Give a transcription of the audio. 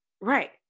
Right